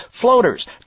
floaters